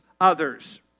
others